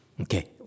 Okay